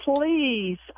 please